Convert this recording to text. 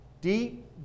deep